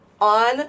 on